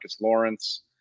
Lawrence